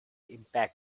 impact